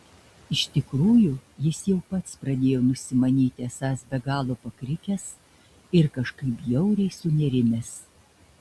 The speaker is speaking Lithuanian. iš tikrųjų jis jau pats pradėjo nusimanyti esąs be galo pakrikęs ir kažkaip bjauriai sunerimęs